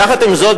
יחד עם זאת,